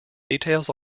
details